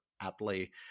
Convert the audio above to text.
aptly